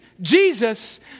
Jesus